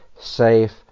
safe